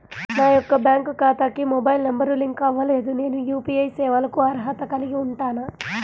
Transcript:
నా యొక్క బ్యాంక్ ఖాతాకి మొబైల్ నంబర్ లింక్ అవ్వలేదు నేను యూ.పీ.ఐ సేవలకు అర్హత కలిగి ఉంటానా?